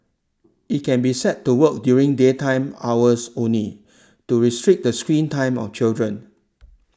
it can be set to work during daytime hours only to restrict the screen time of children